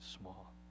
small